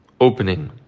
opening